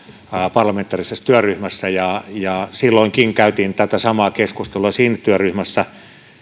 parlamentaarisessa työryhmässä ja ja silloinkin käytiin tätä samaa keskustelua siinä työryhmässä